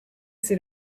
said